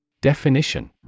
Definition